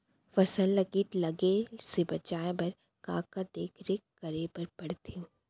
फसल ला किट लगे से बचाए बर, का का देखरेख करे बर परथे?